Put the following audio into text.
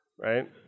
right